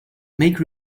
make